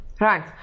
Right